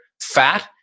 fat